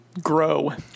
Grow